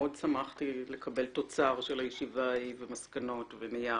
מאוד שמחתי לקבל תוצר של הישיבה ההיא שכולל מסקנו ונייר.